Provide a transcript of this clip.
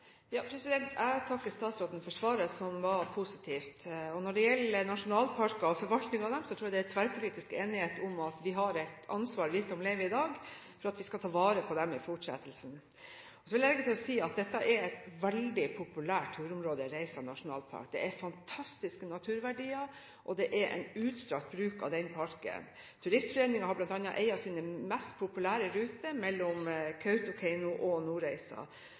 Jeg takker statsråden for svaret, som var positivt. Når det gjelder nasjonalparker og forvaltning av dem, tror jeg det er tverrpolitisk enighet om at vi har et ansvar, vi som lever i dag, for å ta vare på dem videre. Så vil jeg legge til at Reisa nasjonalpark er et veldig populært turområde. Det er fantastiske naturverdier, og det er en utstrakt bruk av den parken. Turistforeningen har bl.a. en av sine mest populære ruter mellom Kautokeino og Nordreisa.